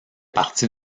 partie